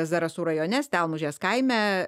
zarasų rajone stelmužės kaime